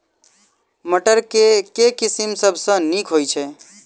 मटर केँ के किसिम सबसँ नीक होइ छै?